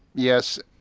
yes,